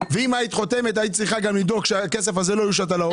ואם היית חותמת היית צריכה גם לדאוג שהכסף הזה לא יושת על ההורים.